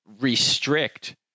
restrict